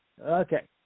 Okay